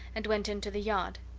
and went into the yard.